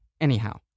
Anyhow